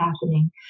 happening